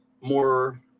more